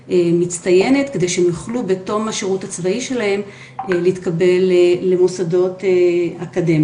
מצטיינת כדי שהם יוכלו בתוך השירות הצבאי שלהם להתקבל למוסדות אקדמיים.